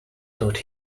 taught